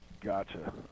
Gotcha